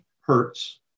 hertz